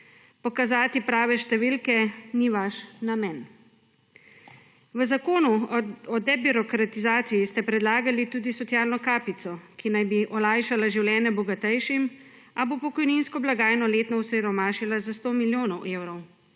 Pokazati prave številke ni vaš namen. V zakonu o debirokratizaciji ste predlagali tudi socialno kapico, ki naj bi olajšala življenje bogatejšim, a bo pokojninsko blagajno letno osiromašila za 100 milijonov evrov,